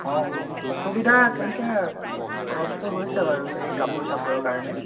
অঁ অসুবিধা তেনেকৈ অলপতো হৈছে বাৰু এই কাপোৰ চাপোৰৰ কাৰণে